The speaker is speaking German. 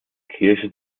kirche